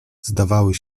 zdawały